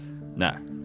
No